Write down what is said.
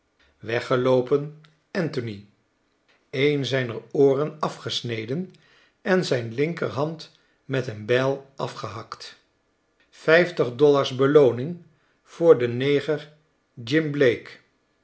weggeloopen anthony een zijner ooren afgesneden en zijn linkerhand met eenbijl afgehakt vijftig dollars belooning voor den neger